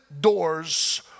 doors